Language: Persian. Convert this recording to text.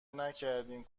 نکردین